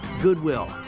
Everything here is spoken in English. Goodwill